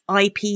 IP